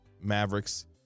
Mavericks